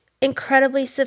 incredibly